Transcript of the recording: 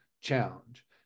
challenge